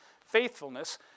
faithfulness